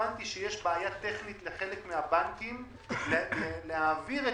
הבנתי שיש בעיה טכנית לחלק מהבנקים להעביר את